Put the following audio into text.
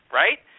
right